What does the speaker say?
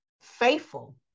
faithful